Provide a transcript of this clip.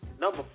Number